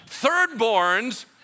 Thirdborns